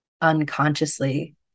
unconsciously